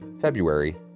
February